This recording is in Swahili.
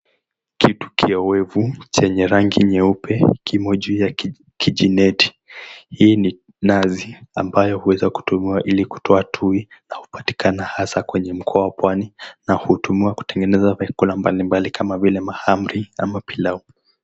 Kitu kiwevu chenye rangi nyeupe kimo ju ya kijineti, hi ni nazi ambayo huweza kutumiwa ili kutoa tuwi na hupatikana hasa kwenye mkoa wa pwani na hutumiwa kutengeneza vyakula mbalimbali kama vile mahamri ama pilau.